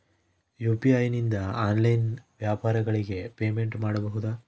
UPI ನಿಂದ online ವ್ಯಾಪಾರಗಳಿಗೆ payment ಮಾಡಬಹುದಾ?